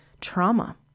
trauma